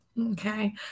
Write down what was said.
Okay